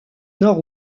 nord